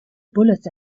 bullets